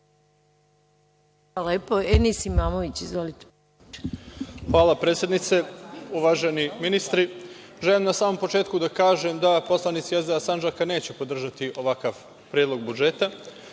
Hvala, predsednice. Uvaženi ministri, želim na samom početku da kažem da poslanici SDA Sandžaka neće podržati ovakav predlog budžeta.